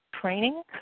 training